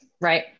right